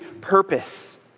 purpose